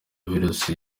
virusi